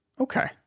Okay